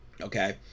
Okay